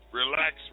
relax